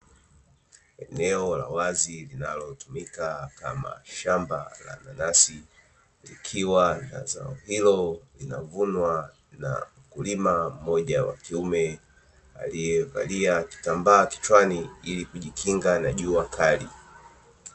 Eneo la wazi linalotumika kama shamba la mananasi, likiwa na zao hilo linavunwa na mkulima mmoja wa kiume alievalia kitambaa kichwani, ili kujikinga na jua kali.